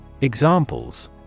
Examples